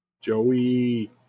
Joey